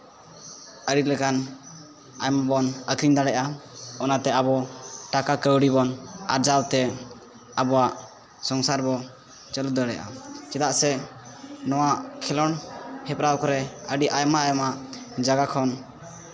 ᱟᱹᱰᱤ ᱞᱮᱠᱟᱱ ᱟᱭᱢᱟ ᱵᱚᱱ ᱟᱹᱠᱷᱨᱤᱧ ᱫᱟᱲᱮᱭᱟᱜᱼᱟ ᱚᱱᱟᱛᱮ ᱟᱵᱚ ᱴᱟᱠᱟ ᱠᱟᱹᱣᱰᱤ ᱵᱚᱱ ᱟᱨᱡᱟᱣᱛᱮ ᱟᱵᱚᱣᱟᱜ ᱥᱚᱝᱥᱟᱨ ᱵᱚᱱ ᱪᱟᱹᱞᱩ ᱫᱟᱲᱮᱭᱟᱜᱼᱟ ᱪᱮᱫᱟᱜ ᱥᱮ ᱱᱚᱣᱟ ᱠᱷᱮᱞᱳᱰ ᱦᱮᱯᱨᱟᱣ ᱠᱚᱨᱮ ᱟᱹᱰᱤ ᱟᱭᱢᱟ ᱟᱭᱢᱟ ᱡᱟᱭᱜᱟ ᱠᱷᱚᱱ